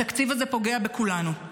התקציב הזה פוגע בכולנו,